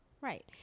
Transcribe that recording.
Right